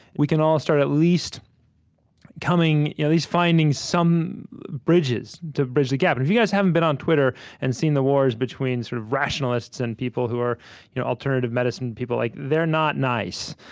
we can all start at least at yeah least finding some bridges to bridge the gap and if you guys haven't been on twitter and seen the wars between sort of rationalists and people who are you know alternative medicine people like they're not nice.